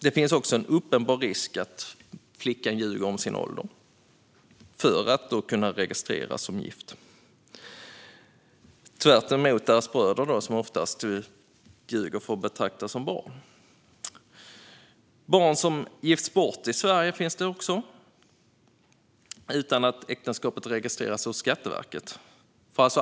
Det finns också en uppenbar risk för att flickan ljuger om sin ålder för att kunna registreras som gift. Det är tvärtemot bröderna som oftast ljuger för att betraktas som barn. Det finns också barn som gifts bort i Sverige utan att äktenskapet registreras hos Skatteverket.